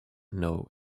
know